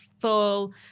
full